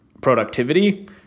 productivity